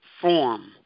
form